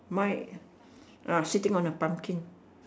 mine ah sitting on a pumpkin